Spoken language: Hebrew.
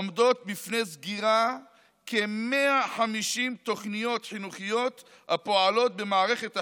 עומדות בפני סגירה כ-150 תוכניות חינוכיות הפועלות במערכת החינוך,